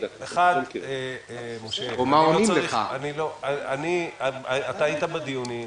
משה, היית בדיונים,